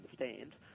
understand